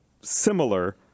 similar